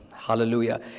Hallelujah